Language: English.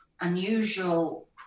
unusual